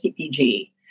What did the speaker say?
CPG